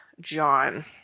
John